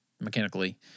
mechanically